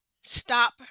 stop